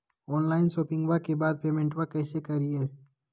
Online शोपिंग्बा के बाद पेमेंटबा कैसे करीय?